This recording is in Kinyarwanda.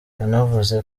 yanavuze